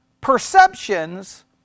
perceptions